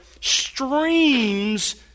streams